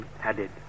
added